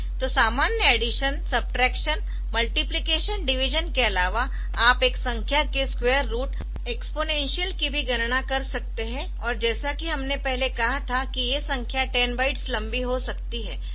तो सामान्य addition subtraction multiplication division के अलावा आप एक संख्या के स्क्वायर रुट एक्सपोनेंशियल की भी गणना कर सकते है और जैसा कि हमने पहले कहा था कि ये संख्या 10 बाइट्स लंबी हो सकती है